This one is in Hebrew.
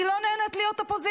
אני לא נהנית להיות אופוזיציה.